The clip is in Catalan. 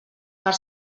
per